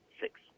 Six